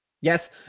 Yes